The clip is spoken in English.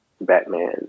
Batman